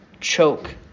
Choke